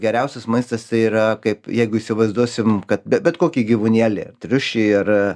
geriausias maistas tai yra kaip jeigu įsivaizduosim kad bet kokį gyvūnėlį ar triušį ar